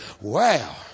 wow